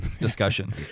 discussion